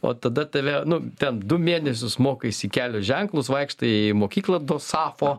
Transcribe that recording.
o tada tave nu ten du mėnesius mokaisi kelio ženklus vaikštai į mokyklą dosafo